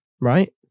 Right